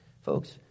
folks